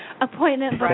appointment